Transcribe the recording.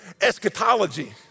eschatology